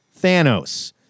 Thanos